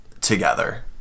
together